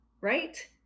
Right